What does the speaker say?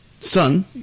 son